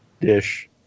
dish